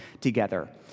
together